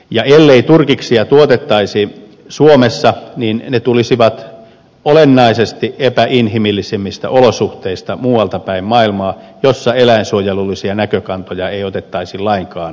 ellei turkiksia tuotettaisi suomessa ne tulisivat olennaisesti epäinhimillisemmistä olosuhteista muualta päin maailmaa jossa eläinsuojelullisia näkökantoja ei otettaisi lainkaan huomioon